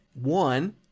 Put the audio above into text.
one